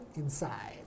inside